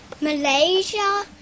Malaysia